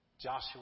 Joshua